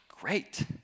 great